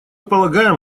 полагаем